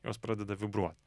jos pradeda vibruot